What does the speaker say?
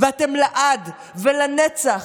ואתם לעד ולנצח,